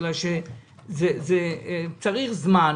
כי צריך זמן